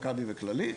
מכבי וכללית,